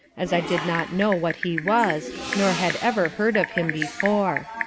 as i did not know what he was, nor had ever heard of him before.